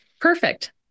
Perfect